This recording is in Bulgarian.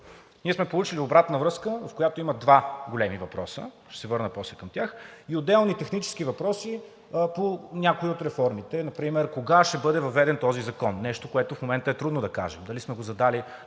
Ние сме получили обратна връзка, в която има два големи въпроса – ще се върна после към тях, и отделно технически въпроси по някои от реформите. Например, кога ще бъде въведен този закон – нещо, което в момента е трудно да кажем, дали сме задали